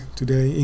today